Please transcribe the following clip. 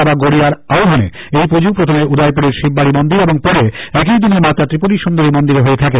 বাবা গড়িয়ার আহ্বানে এই পুজো প্রথমে উদয়পুরের শিববাড়ি মন্দিরে ও পরে একই দিনে মাতা ত্রিপুরাসুন্দরী মন্দিরে হয়ে থাকে